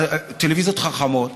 טלוויזיות חכמות